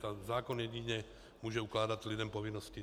A zákon jedině může ukládat lidem povinnosti.